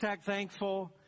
thankful